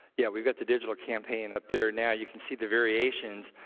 yeah. we've got the digital campaign up there now. you can see the variations.